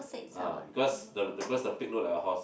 ah because the the first the pig look like a horse